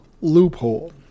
loophole